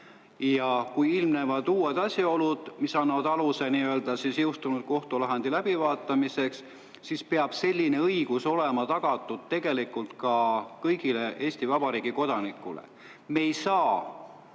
Aga kui ilmnevad uued asjaolud, mis annavad aluse jõustunud kohtulahendi läbivaatamiseks, siis peab selline õigus olema tagatud tegelikult kõigile Eesti Vabariigi kodanikele. Me ei saa